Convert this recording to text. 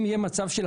אם יהיה מצב של